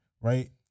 right